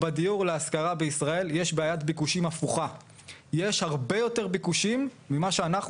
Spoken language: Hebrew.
זה בדיוק מה שאנחנו